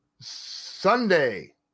Sunday